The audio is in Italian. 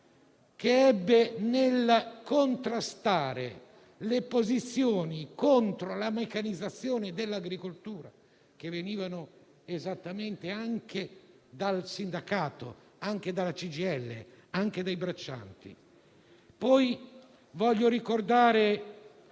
ebbe nel contrastare le posizioni contro la meccanizzazione dell'agricoltura, che venivano esattamente anche dal sindacato, anche dalla CGIL, anche dai braccianti. Voglio anche ricordare